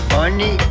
Money